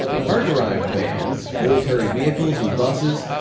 car-derived vans, military vehicles and buses,